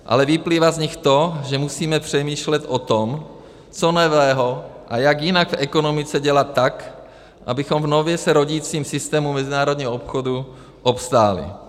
Ale vyplývá z nich to, že musíme přemýšlet o tom, co nového a jak jinak v ekonomice dělat tak, abychom v nově se rodícím systému mezinárodního obchodu obstáli.